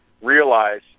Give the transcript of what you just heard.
realize